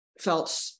felt